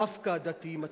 דווקא הדתיים עצמם.